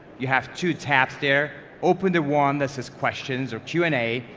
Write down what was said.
you have two taps there. open the one that says questions or q and a.